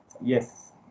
Yes